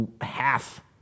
half